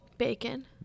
Bacon